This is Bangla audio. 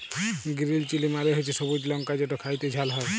গিরিল চিলি মালে হছে সবুজ লংকা যেট খ্যাইতে ঝাল হ্যয়